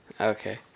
Okay